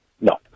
No